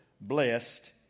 blessed